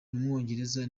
w’umwongereza